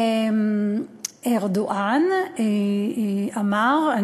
ארדואן אמר,